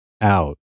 Out